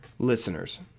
Listeners